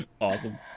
Awesome